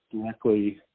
directly